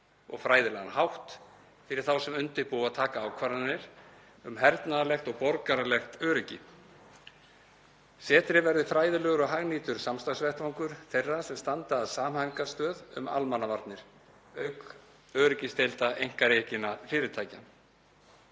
og fræðilegan hátt fyrir þá sem undirbúa og taka ákvarðanir um hernaðarlegt og borgaralegt öryggi. Setrið verði fræðilegur og hagnýtur samstarfsvettvangur þeirra sem standa að samhæfingarstöð um almannavarnir auk öryggisdeilda einkarekinna fyrirtækja.